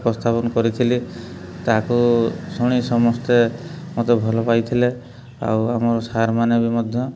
ଉପସ୍ଥାପନ କରିଥିଲି ତାହାକୁ ଶୁଣି ସମସ୍ତେ ମୋତେ ଭଲ ପାଇଥିଲେ ଆଉ ଆମର ସାର୍ମାନେ ବି ମଧ୍ୟ